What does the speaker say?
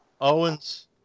Owens